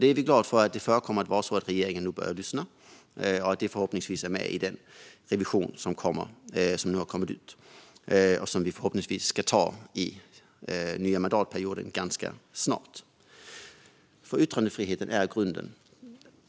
Vi är glada för att regeringen nu börjar lyssna och att detta är med i den revision som nu har kommit. Förhoppningsvis ska vi ta det ganska snart under den nya mandatperioden. Yttrandefriheten är nämligen grunden.